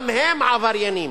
גם הם עבריינים.